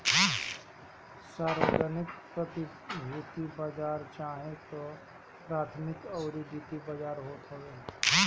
सार्वजानिक प्रतिभूति बाजार चाहे तअ प्राथमिक अउरी द्वितीयक बाजार होत हवे